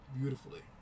beautifully